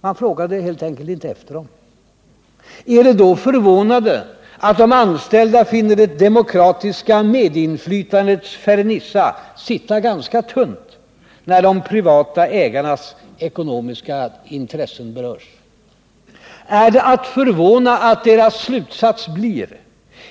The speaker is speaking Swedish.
Man frågade helt enkelt inte efter dem. Är det då förvånande att de anställda finner det demokratiska medinflytandets fernissa sitta ganska tunt när de privata ägarnas ekonomiska intresse berörs? Är det att förvåna att deras slutsats blir: